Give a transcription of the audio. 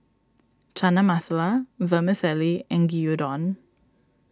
Chana Masala Vermicelli and Gyudon